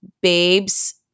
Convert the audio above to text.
Babes